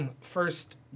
First